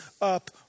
up